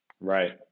Right